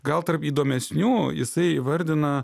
gal tarp įdomesnių jisai įvardina